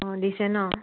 অ' দিছে ন'